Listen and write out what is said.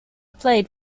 played